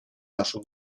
нашу